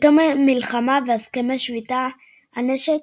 בתום המלחמה והסכמי שביתת הנשק,